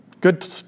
Good